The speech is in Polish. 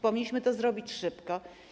Powinniśmy to zrobić szybko.